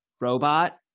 robot